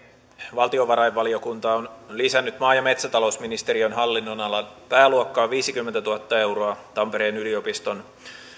valtiovarainvaliokunta on lisännyt maa ja metsätalousministeriön hallinnonalan pääluokkaan viisikymmentätuhatta euroa tampereen yliopiston